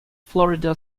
florida